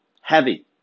Heavy